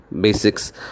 Basics